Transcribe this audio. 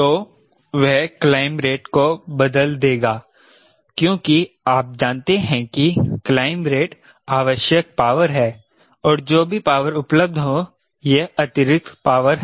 तो वह climb rate को बदल देगा क्योंकि आप जानते हैं कि क्लाइंब रेट आवश्यक पावर है और जो भी पावर उपलब्ध हो यह अतिरिक्त पावर है